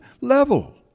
level